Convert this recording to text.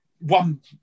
One